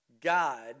God